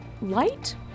Light